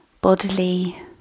bodily